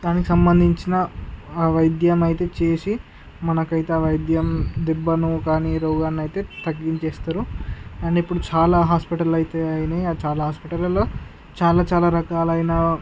దానికి సంబంధించిన ఆ వైద్యమైతే చేసి మనకైతే ఆ వైద్యం దెబ్బను కానీ రోగాన్ని అయితే తగ్గించేస్తారు అండ్ ఇప్పుడు చాలా హాస్పిటళ్ళు అయితే అయినాయి చాలా హాస్పిటళ్ళలో చాలా చాలా రకాలైన